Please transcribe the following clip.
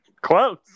Close